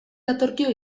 datorkio